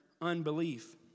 unbelief